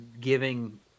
giving